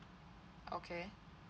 okay